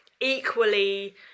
equally